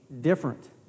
different